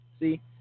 see